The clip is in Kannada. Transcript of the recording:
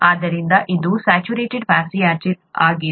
ಆದ್ದರಿಂದ ಇದು ಸ್ಯಾಚುರೇಟೆಡ್ ಫ್ಯಾಟಿ ಆಸಿಡ್ ಆಗಿದೆ